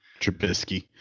Trubisky